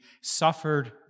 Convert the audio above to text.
suffered